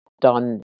done